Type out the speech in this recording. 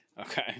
Okay